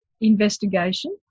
investigation